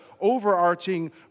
overarching